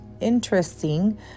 interesting